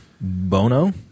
Bono